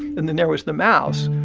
and then there was the mouse.